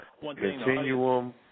Continuum